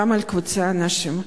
גם על קבוצת אנשים,